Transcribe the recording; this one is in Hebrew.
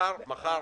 מחר, מחר.